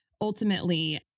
ultimately